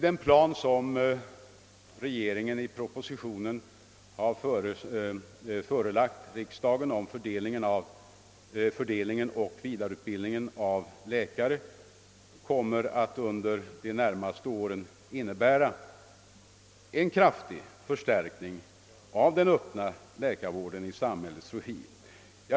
Den plan som regeringen i propositionen har förelagt riksdagen om fördelningen och vidareutbildningen av läkare kommer att under de närmaste åren innebära en kraftig förstärkning av den öppna läkarvården i samhällets regi.